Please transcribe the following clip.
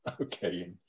Okay